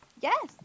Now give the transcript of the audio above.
Yes